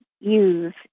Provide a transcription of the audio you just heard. use